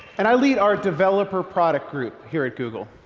and i lead our developer product group here at google.